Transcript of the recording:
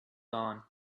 dawn